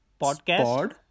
podcast